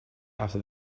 after